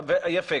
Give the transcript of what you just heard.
יפה.